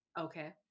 Okay